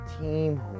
team